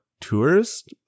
Tourist